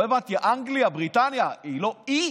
לא הבנתי, אנגליה, בריטניה, היא לא אי?